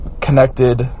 connected